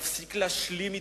להפסיק להשלים אתו.